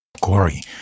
Corey